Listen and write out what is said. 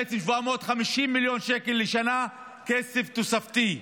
בעצם 750 מיליון שקל לשנה, כסף תוספתי.